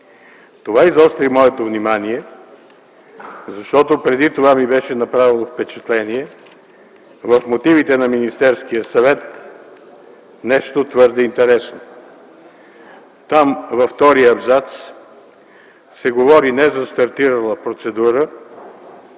Това изостри моето внимание, защото преди това ми беше направило впечатление в мотивите на Министерския съвет нещо твърде интересно. Във втория абзац в мотивите се говори не за стартирала процедура,